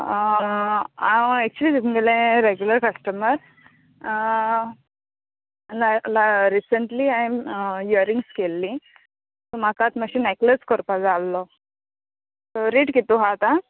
हांव एक्चुली तुमगेले regular customer ना न रिसेंटली हांवेन इयरींग्स केल्ली सो म्हाका आतां मातसो नेकलेस कोरपा जाय आसलो सो रेट कितू आहा आतां